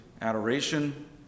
adoration